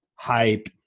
hype